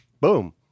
boom